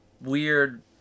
weird